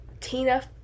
Tina